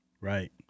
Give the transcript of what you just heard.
Right